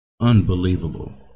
Unbelievable